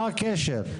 מה הקשר?